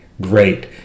great